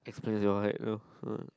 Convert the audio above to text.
explains your height you know !huh!